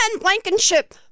Blankenship